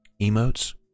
emotes